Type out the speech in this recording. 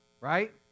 right